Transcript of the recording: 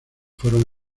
fueron